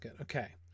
okay